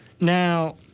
Now